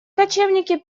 кочевники